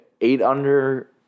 eight-under